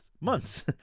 months